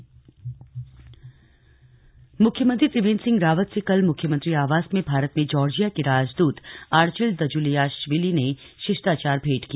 Georgia राजदूत मुख्यमंत्री त्रिवेन्द्र सिंह रावत से कल मुख्यमंत्री आवास में भारत में जॉर्जिया के राजदूत आर्चिल दजुलियाश्विली ने शिष्टाचार भेंट की